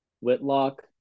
Whitlock